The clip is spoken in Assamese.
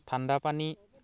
ঠাণ্ডা পানী